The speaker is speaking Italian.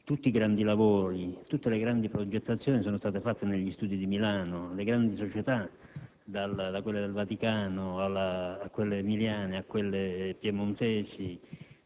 tutti i grandi lavori, tutte le grandi progettazioni sono stati pensati negli studi di Milano. Le grandi società, da quelle del Vaticano, a quelle emiliane o piemontesi